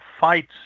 fights